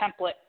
template